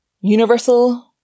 universal